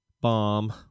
bomb